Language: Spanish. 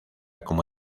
como